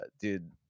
dude